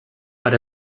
but